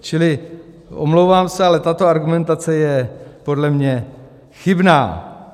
Čili omlouvám se, ale tato argumentace je podle mě chybná.